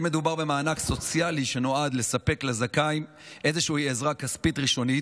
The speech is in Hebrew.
אם מדובר במענק סוציאלי שנועד לספק לזכאי איזושהי עזרה כספית ראשונית,